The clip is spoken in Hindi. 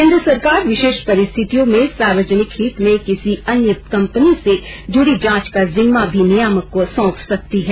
केंद्र सरकार विशेष परिस्थितियों में सार्वजनिक हित में किसी अन्य कंपनी से जुड़ी जाँच का जिम्मा भी नियामक को सौंप सकती है